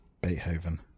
Beethoven